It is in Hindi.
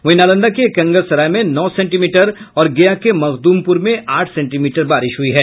वहीं नालंदा के एकंगरसराय में नौ सेंटीमीटर और गया के मखदुमपुर में आठ सेंटीमीटर बारिश हुई है